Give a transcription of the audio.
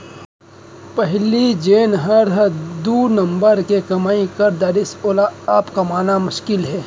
पहिली जेन हर दू नंबर के कमाई कर डारिस वोला अब कमाना मुसकिल हे